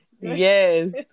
Yes